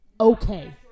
Okay